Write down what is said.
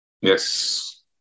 Yes